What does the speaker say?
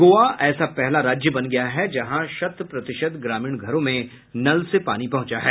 गोवा ऐसा पहला राज्य बन गया है जहां शत प्रतिशत ग्रामीण घरों में नल से पानी पहुंचा है